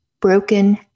Broken